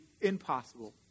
impossible